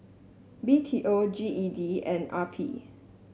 B T O G E D and R P